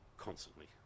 Constantly